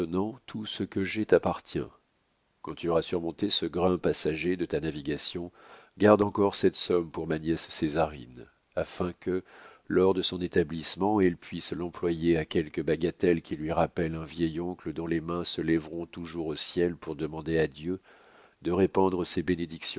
tout ce que j'ai t'appartient quand tu auras surmonté ce grain passager de ta navigation garde encore cette somme pour ma nièce césarine afin que lors de son établissement elle puisse l'employer à quelque bagatelle qui lui rappelle un vieil oncle dont les mains se lèveront toujours au ciel pour demander à dieu de répandre ses